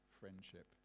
friendship